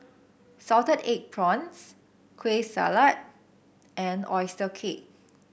Salted Egg Prawns Kueh Salat and oyster cake